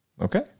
Okay